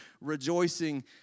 rejoicing